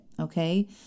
okay